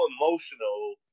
emotional